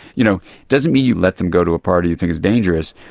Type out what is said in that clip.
you know doesn't mean you let them go to a party you think is dangerous,